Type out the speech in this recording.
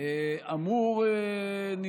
אמור לתהות,